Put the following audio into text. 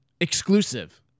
exclusive